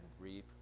reap